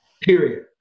period